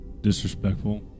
disrespectful